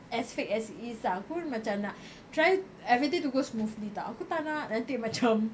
as fake as it is ah aku macam nak try everything to go smoothly [tau] aku tak nak nanti macam